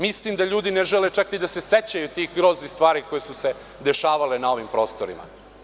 Mislim da ljudi ne žele čak ni da se sećaju tih groznih stvari koje su se dešavale na ovim prostorima.